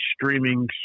streaming